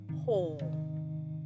whole